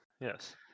Yes